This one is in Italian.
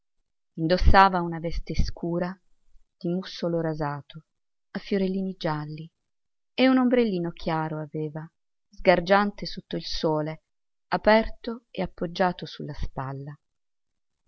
indossava una veste scura di mussolo rasato a fiorellini gialli e un ombrellino chiaro aveva sgargiante sotto il sole aperto e appoggiato su la spalla